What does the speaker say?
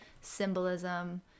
symbolism